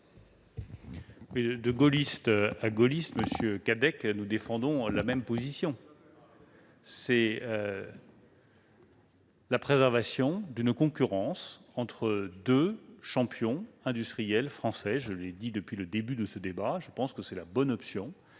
De gaulliste à gaulliste, monsieur Cadec, nous défendons la même position, celle de la préservation d'une concurrence entre deux champions industriels français. Comme je le dis depuis le début de ce débat, je pense que c'est la bonne option.